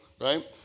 right